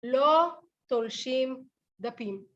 לא תולשים דפים.